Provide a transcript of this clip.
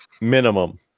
minimum